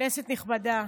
כנסת נכבדה,